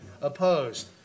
opposed